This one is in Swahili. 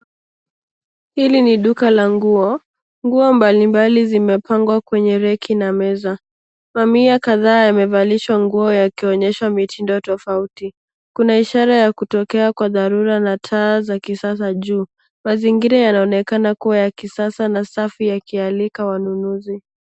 Hili ni duka la nguo, nguo mbalimbali zimepangwa kwenye reki na meza. Mamia kadhaa yamevalishwa nguo yakionyesha mitindo tofauti, kuna ishara ya kutokea kwa dharura na taa za kisasa juu, mazingira yanaonekana kuwa ya kisasa, na safi yakialika wanunuzi.